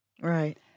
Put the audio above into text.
right